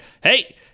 hey